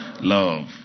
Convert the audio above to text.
love